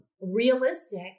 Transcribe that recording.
realistic